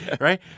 right